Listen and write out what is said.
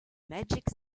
magic